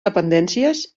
dependències